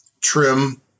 trim